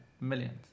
Millions